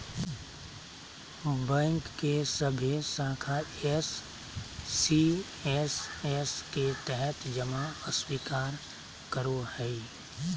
bank के सभे शाखा एस.सी.एस.एस के तहत जमा स्वीकार करो हइ